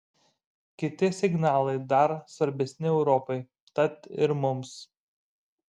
kiti signalai dar svarbesni europai tad ir mums